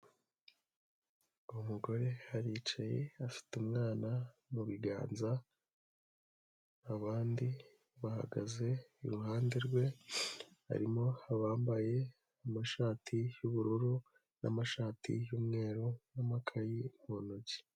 Umugore aricaye afite umwana mu biganza, abandi bahagaze iruhande rwe, harimo abambaye amashati y'ubururu n'amashati y'umweru n'amakayi mu ntoki.